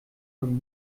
von